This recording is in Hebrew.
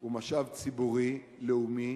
הוא משאב ציבורי לאומי.